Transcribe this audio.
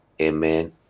Amen